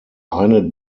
eine